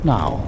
Now